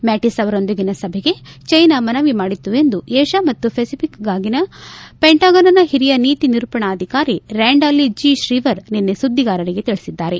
Mattis ಅವರೊಂದಿಗಿನ ಸಭೆಗೆ China ಮನವಿ ಮಾಡಿತ್ತು ಎಂದು ಏಷ್ಯಾ ಮತ್ತು ಪೆಸಿಫಿಕ್ಗಾಗಿನ ಪೆಂಟಗನ್ನ ಹಿರಿಯ ನೀತಿ ನಿರೂಪಣಾಧಿಕಾರಿ ರ್ಚಾಂಡಾಲಿ ಜೆ ಶ್ರಿವರ್ ನಿನ್ನೆ ಸುದ್ದಿಗಾರರಿಗೆ ತಿಳಿಸಿದ್ದಾರೆ